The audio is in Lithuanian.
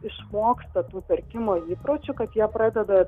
išmoksta tų pirkimo įpročių kad jie pradeda